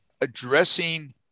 addressing